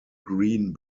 green